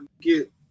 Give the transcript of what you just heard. get